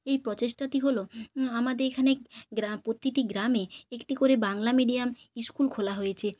এই প্রচেষ্টাটি হলো আমাদের এখানে গ্রাম প্রতিটি গ্রামে একটি করে বাংলা মিডিয়াম স্কুল খোলা হয়েছে